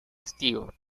estío